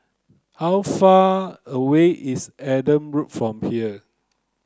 how far away is Adam Road from here